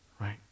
right